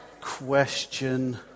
Question